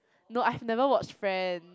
no I've never watched Friend